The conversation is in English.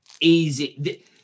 easy